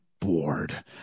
bored